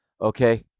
okay